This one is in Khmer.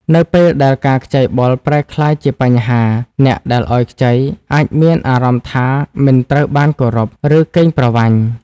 នៅពេលដែលការខ្ចីបុលប្រែក្លាយជាបញ្ហា អ្នកដែលឲ្យខ្ចីអាចមានអារម្មណ៍ថាមិនត្រូវបានគោរព ឬកេងប្រវ័ញ្ច។